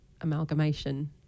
amalgamation